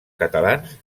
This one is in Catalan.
catalans